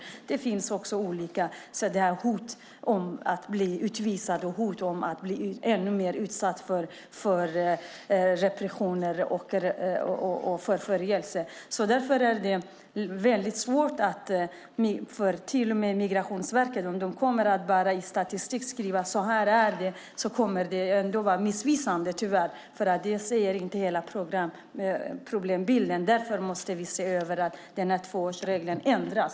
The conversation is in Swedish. Dessutom finns hotet om att bli utvisad och ännu mer utsatt för repression och förföljelse. Om Migrationsverket bara redovisar statistik över hur det är kommer det att vara missvisande eftersom den inte visar hela problembilden. Därför måste vi se till att tvåårsregeln ändras.